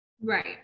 Right